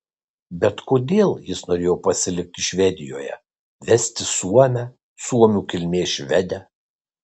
bet kodėl jis norėjo pasilikti švedijoje vesti suomę suomių kilmės švedę